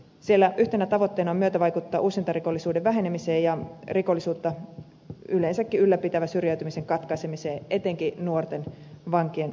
siellä yhtenä tavoitteena on myötävaikuttaa uusintarikollisuuden vähenemiseen ja rikollisuutta yleensäkin ylläpitävän syrjäytymisen katkaisemiseen etenkin nuorten vankien osalta